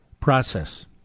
process